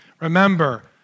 Remember